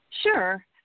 Sure